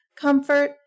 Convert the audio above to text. comfort